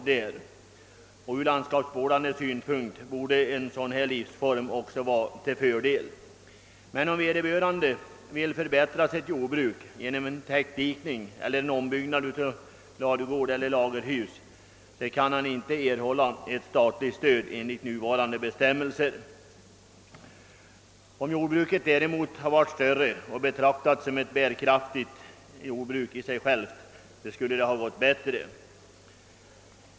Från landskapsvårdande synpunkt borde en sådan livsform också vara till fördel. Om vederbörande vill förbättra sitt jordbruk genom täckdikning eller ombyggnad av ladugård och lagerhus kan han emellertid inte få statligt stöd enligt nuvarande bestämmelser. Om jordbruket hade varit större och betraktats som ett bärkraftigt jordbruk skulle det ha gått bättre.